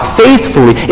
faithfully